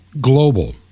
global